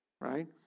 right